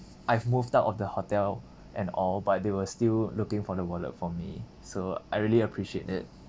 I've moved out of the hotel and all but they were still looking for the wallet for me so I really appreciate it